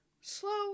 Slow